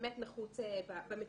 באמת נחוץ במציאות.